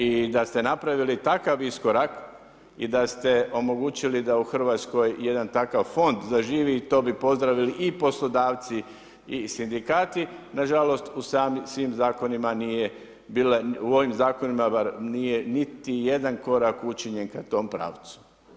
I da ste napravili takav iskorak i da ste omogućili da u Hrvatskoj jedan takav fond zaživi to bi pozdravili i poslodavci i sindikati na žalost u svim zakonima nije bila u ovim zakonima nije niti jedan korak učinjen ka tom pravcu.